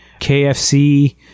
KFC